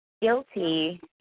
guilty